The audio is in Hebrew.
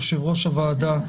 על יושב-ראש הוועדה,